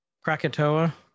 krakatoa